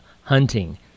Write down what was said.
hunting